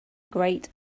great